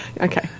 Okay